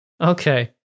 Okay